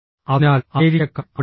അതിനാൽ അമേരിക്കക്കാർ അവിടെ 8